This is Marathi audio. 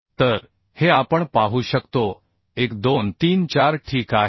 तर हे आपण पाहू शकतो 1 2 3 4 ठीक आहे